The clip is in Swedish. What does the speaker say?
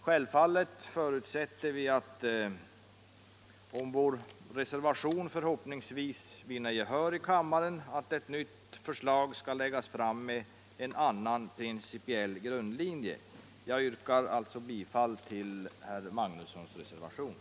Självfallet förutsätter vi att om vår reservation förhoppningsvis vinner gehör hos kammaren skall ett nytt förslag läggas fram, med en annan principiell grundlinje. Jag yrkar bifall till reservationen av herr Magnusson i Kristinehamn.